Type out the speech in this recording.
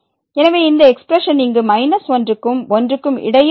எனவே இந்த எக்ஸ்பிரஷன் இங்கு −1 க்கும் 1 க்கும் இடையில் இருக்கும்